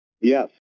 Yes